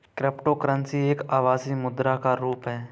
cryptocurrency एक आभासी मुद्रा का रुप है